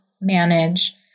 manage